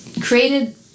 Created